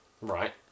Right